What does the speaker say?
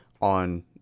on